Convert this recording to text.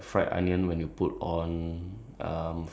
I think like like just a year ago only